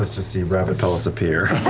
us just see rabbit pellets appear.